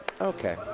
Okay